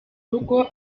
rugo